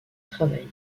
travail